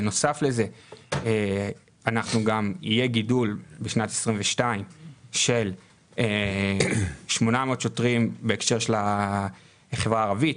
בנוסף לזה יהיה גודל בשנת 2022 של 800 שוטרים בהקשר של החברה הערבית.